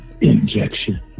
Injection